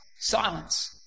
silence